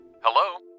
Hello